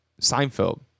Seinfeld